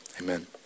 Amen